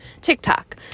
TikTok